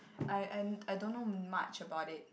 I I I don't know much about it